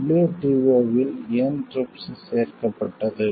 WTO இல் ஏன் TRIPS சேர்க்கப்பட்டது